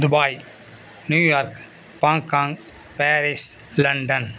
Dubai New York Hong Kong Paris London